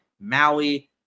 Maui